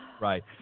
Right